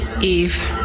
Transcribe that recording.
Eve